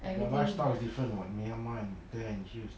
everyday if